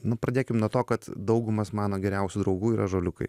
nu pradėkim nuo to kad daugumas mano geriausių draugų yra ąžuoliukai